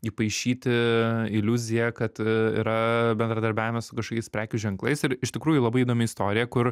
įpaišyti iliuziją kad yra bendradarbiavimas su kažkokiais prekių ženklais ir iš tikrųjų labai įdomi istorija kur